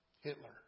Hitler